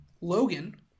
logan